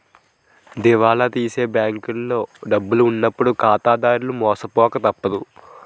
దివాలా తీసే బ్యాంకులో డబ్బు ఉన్నప్పుడు ఖాతాదారులు మోసపోక తప్పదు